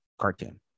cartoon